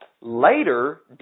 later